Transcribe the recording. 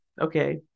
okay